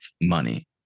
money